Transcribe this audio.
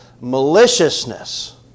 Maliciousness